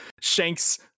Shanks